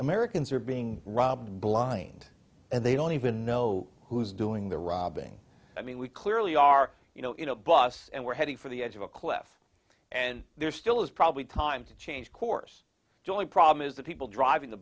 americans are being robbed blind and they don't even know who's doing the robbing i mean we clearly are you know in a bus and we're heading for the edge of a cliff and there still is probably time to change course jolie problem is the people driving the